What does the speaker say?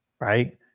right